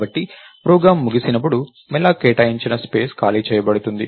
కాబట్టి ప్రోగ్రామ్ ముగిసినప్పుడు malloc కేటాయించిన స్పేస్ ఖాళీ చేయబడుతుంది